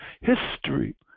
history